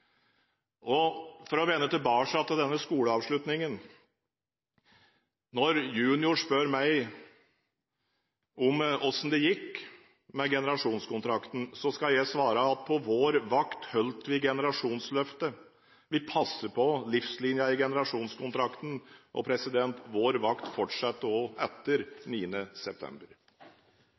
For å vende tilbake til denne skoleavslutningen: Når junior spør meg om hvordan det gikk med generasjonskontrakten, skal jeg svare at på vår vakt holdt vi generasjonsløftet. Vi passet på livslinjen i generasjonskontrakten. Og vår vakt fortsetter også etter 9. september.